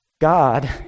God